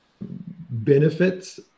benefits